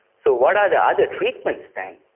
so what are the other treatments then?